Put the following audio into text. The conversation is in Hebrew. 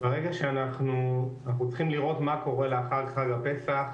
אנחנו צריכים לראות מה קורה לאחר חג הפסח.